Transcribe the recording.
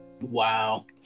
wow